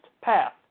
path